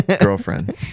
girlfriend